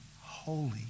holy